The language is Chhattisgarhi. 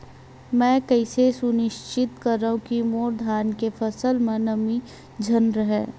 मैं कइसे सुनिश्चित करव कि मोर धान के फसल म नमी झन रहे?